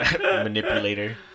manipulator